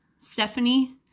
Stephanie